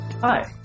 Hi